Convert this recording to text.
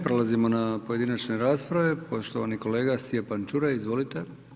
Prelazimo na pojedinačne rasprave, poštovani kolega Stjepan Čuraj, izvolite.